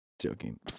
Joking